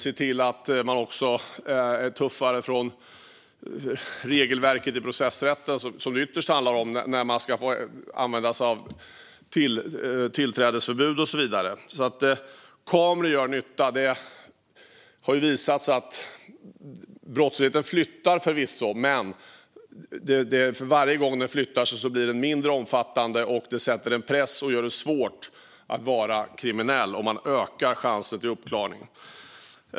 Det gäller också att se till att ha ett tuffare regelverk i processrätten, vilket det ytterst handlar om, rörande när man ska få använda sig av tillträdesförbud och så vidare. Kameror gör nytta. Det har förvisso visat sig att brottsligheten flyttar sig, men för varje gång den flyttar sig blir den mindre omfattande. Detta sätter en press och gör det svårt att vara kriminell, och man ökar chansen till uppklaring.